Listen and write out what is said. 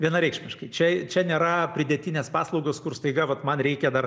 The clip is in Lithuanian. vienareikšmiškai čia čia nėra pridėtinės paslaugos kur staiga vat man reikia dar